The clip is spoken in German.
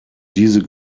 diese